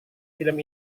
film